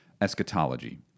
eschatology